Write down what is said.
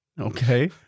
Okay